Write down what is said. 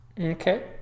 Okay